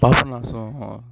Papanasam